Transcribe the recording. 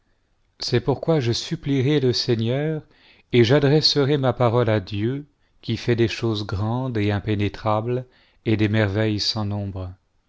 c'est pourquoi je supplierai le seigneur et j'adresserai ma parole à dieu qui fait des choses grandes et impénétrables et des merveilles sans nombre